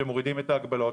שמורידים את ההגבלות,